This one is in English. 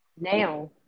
now